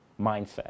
mindset